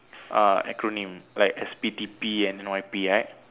uh acronym like S_P T_P N_Y_P right